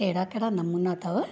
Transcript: कहिड़ा कहिड़ा नमूना अथव